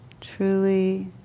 truly